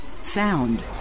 Sound